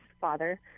father